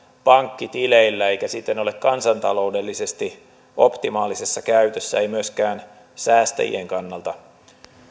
pankkitileillä eikä siten ole kansantaloudellisesti optimaalisessa käytössä ei myöskään säästäjien kannalta